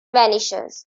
vanishes